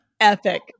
epic